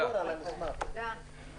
ננעלה בשעה 11:28.